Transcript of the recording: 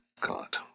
God